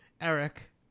Eric